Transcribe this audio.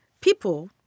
people